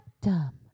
dumb